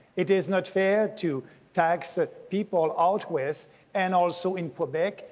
it is not fair to tax the people out west and also in quebec,